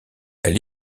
elle